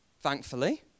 thankfully